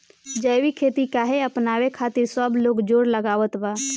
जैविक खेती काहे अपनावे खातिर सब लोग जोड़ लगावत बा?